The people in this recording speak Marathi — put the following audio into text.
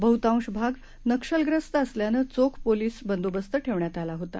बहुतांशभागनक्षलग्रस्तअसल्यानंचोखपोलिसबंदोबस्तठेवण्यातआलाहोता